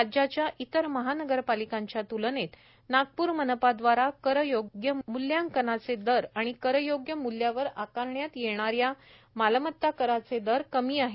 राज्याच्या इतर महानगरपालिकेच्या त्लनेत नागपूर मनपाव्दारा कर योग्य मूल्यांकनाचे दर आणि कर योग्य मूल्यावर आकारण्यात येणाऱ्या मालमत्ता कराचे दर कमी आहेत